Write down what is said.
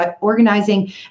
organizing